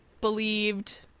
believed